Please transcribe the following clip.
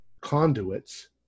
conduits